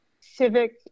civic